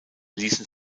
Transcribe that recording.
ließen